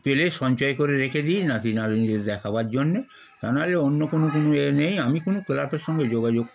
পেলে সঞ্চয় করে রেখে দিই নাতি নাতনিদের দেখাবার জন্যে তা নাহলে অন্য কোনো কোনো এ নেই আমি কোনো ক্লাবের সঙ্গে যোগাযোগ